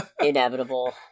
Inevitable